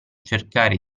cercare